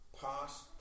past